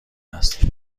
است